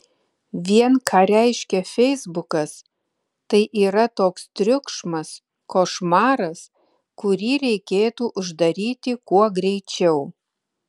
vien ką reiškia feisbukas tai yra toks triukšmas košmaras kurį reikėtų uždaryti kuo greičiau